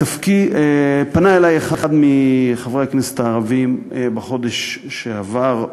פנה אלי אחד מחברי הכנסת הערבים בחודש שעבר.